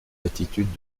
attitudes